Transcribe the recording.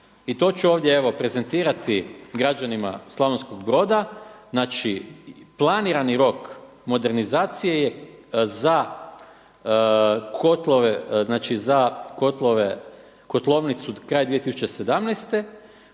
i to ću ovdje evo prezentirati građanima Slavonskog Broda, znači, planirani rok modernizacije je za kotlove, znači za